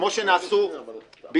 כמו שנעשו --- איתן,